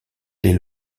des